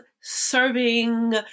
serving